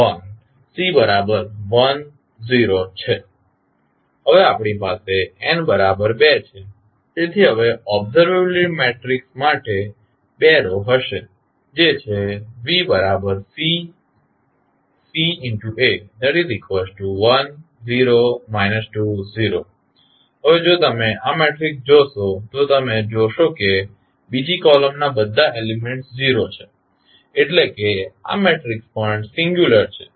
હવે આપણી પાસે n બરાબર 2 છે તેથી હવે ઓબ્ઝર્વેબીલીટી મેટ્રિક્સ પાસે બે રો હશે જે છે હવે જો તમે આ મેટ્રિક્સ જોશો તો તમે જોશો કે બીજી કોલમમાં બધા એલીમેન્ટસ 0 છે એટલે કે આ મેટ્રિક્સ પણ સિંગ્યુલર છે